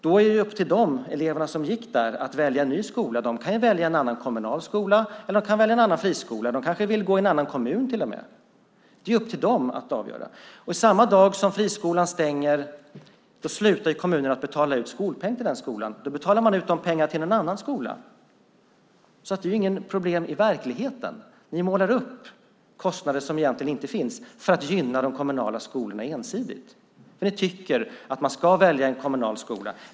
Då är det upp till eleverna som gick där att välja en ny skola. De kan välja en kommunal skola eller de kan välja en annan friskola. De kanske vill gå i en annan kommun, till och med. Det är upp till dem att avgöra. Och samma dag som friskolan stänger slutar kommunen att betala ut skolpeng till den skolan. Då betalar man ut de pengarna till en annan skola. Så det är inget problem i verkligheten. Ni målar upp kostnader som egentligen inte finns för att ensidigt gynna de kommunala skolorna, för ni tycker att man ska välja en kommunal skola.